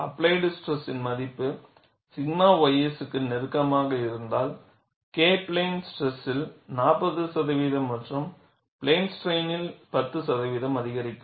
applied stress ன் மதிப்பு 𝛔 ys க்கு நெருக்கமாக இருந்தால் K பிளேன் ஸ்ட்ரெஸ்ல் 40 சதவிகிதம் மற்றும் பிளேன் ஸ்ட்ரைனில் 10 சதவீதம் அதிகரிக்கும்